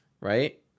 right